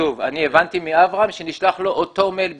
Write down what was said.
שוב, אני הבנתי מאברהם שנשלח לו אותו מייל בדיוק.